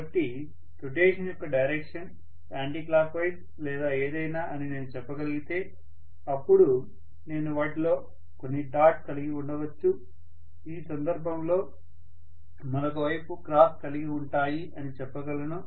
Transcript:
కాబట్టి రొటేషన్ యొక్క direction anticlockwise లేదా ఏదైనా అని నేను చెప్పగలిగితే అప్పుడు నేను వాటిలో కొన్ని డాట్ కలిగి ఉండవచ్చు ఈ సందర్భంలో మరొక వైపు క్రాస్ కలిగి ఉంటాయి అని చెప్పగలను